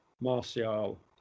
Martial